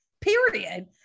period